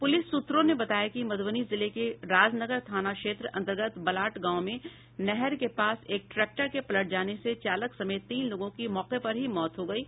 police सूत्रों ने बताया कि मध्रबनी जिले के राजनगर थाना क्षेत्र अन्तर्गत बलाट गाँव में नहर के पास एक ट्रैक्टर के पलट जाने से चालक समेत तीन लोगों की मौके पर ही मौत हो गयी